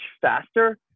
faster